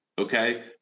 Okay